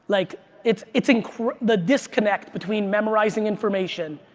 like it's it's incred, the disconnect between memorizing information,